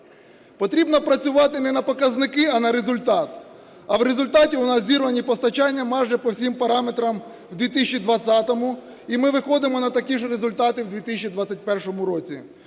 Потрібно працювати не на показники, а на результат, а в результаті у нас зірвані постачання майже по всім параметрам в 2020-му, і ми виходимо на такі ж результати в 2021 році.